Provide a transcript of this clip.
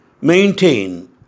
maintain